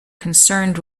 concerned